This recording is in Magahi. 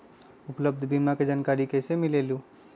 उपलब्ध बीमा के जानकारी कैसे मिलेलु?